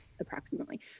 approximately